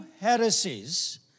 heresies